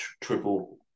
triple